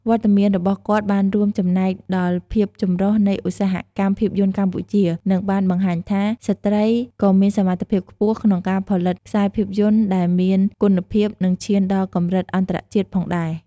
វត្តមានរបស់គាត់បានរួមចំណែកដល់ភាពចម្រុះនៃឧស្សាហកម្មភាពយន្តកម្ពុជា និងបានបង្ហាញថា ស្ត្រីក៏មានសមត្ថភាពខ្ពស់ក្នុងការផលិតខ្សែភាពយន្តដែលមានគុណភាព និងឈានដល់កម្រិតអន្តរជាតិផងដែរ។